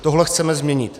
Tohle chceme změnit.